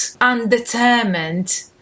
undetermined